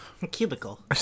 Cubicle